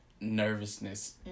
nervousness